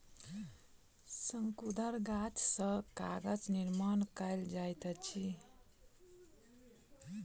शंकुधर गाछ सॅ कागजक निर्माण कयल जाइत अछि